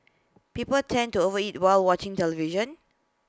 people tend to over eat while watching television